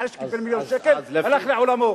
אחרי שקיבל מיליון שקל, הלך לעולמו.